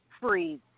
freeze